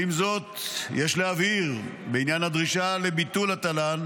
עם זאת, יש להבהיר בעניין הדרישה לביטול התל"ן